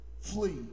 Flee